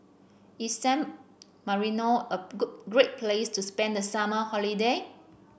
is San Marino a good great place to spend the summer holiday